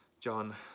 John